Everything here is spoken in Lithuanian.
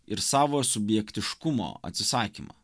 ir savo subjektiškumo atsisakymą